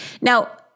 Now